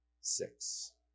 six